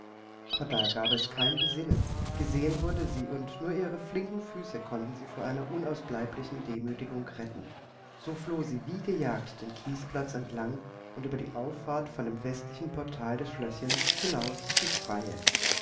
aber da gab es kein besinnen gesehen wurde sie und nur ihre flinken füße konnten sie vor einer unausbleiblichen demütigung retten so floh sie wie gejagt den kiesplatz entlang und über die auffahrt vor dem westlichen portal des schlößchens hinaus ins freie